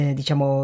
diciamo